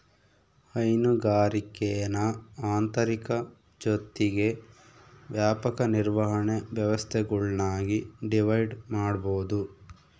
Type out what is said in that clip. ಹೈನುಗಾರಿಕೇನ ಆಂತರಿಕ ಜೊತಿಗೆ ವ್ಯಾಪಕ ನಿರ್ವಹಣೆ ವ್ಯವಸ್ಥೆಗುಳ್ನಾಗಿ ಡಿವೈಡ್ ಮಾಡ್ಬೋದು